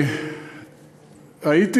הייתי